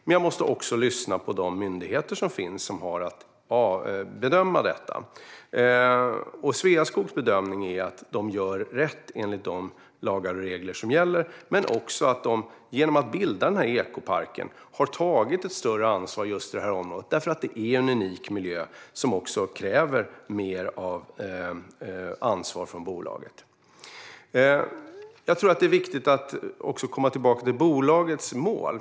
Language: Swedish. Men jag måste också lyssna på de myndigheter som har att göra en bedömning av denna fråga. Sveaskogs bedömning är att man gör rätt enligt de lagar och regler som gäller och att man genom att ha bildat ekoparken har tagit ett större ansvar för området därför att det är en unik miljö som kräver mer av ansvar från bolaget. Det är viktigt att också komma tillbaka till bolagets mål.